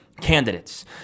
candidates